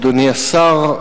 אדוני השר,